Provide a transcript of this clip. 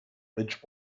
which